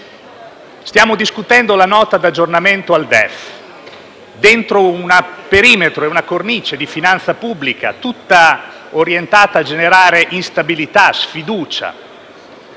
Stiamo discutendo la Nota di aggiornamento al DEF, dentro una cornice di finanza pubblica tutta orientata generare instabilità e sfiducia,